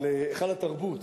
על היכל התרבות,